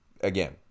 again